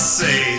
say